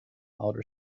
outer